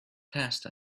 passed